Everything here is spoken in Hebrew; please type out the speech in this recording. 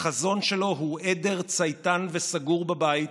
החזון שלו הוא עדר צייתן וסגור בבית,